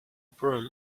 brim